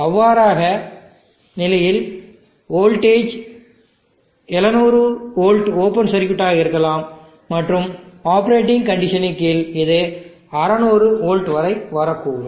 அவ்வாறான நிலையில் voltage 700 volt open சர்க்யூட்டாக இருக்கலாம் மற்றும் ஆப்பரேட்டிங் கண்டிஷன் இன் கீழ் இது 600 வோல்ட் வரை வரக்கூடும்